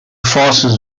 forces